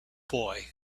boy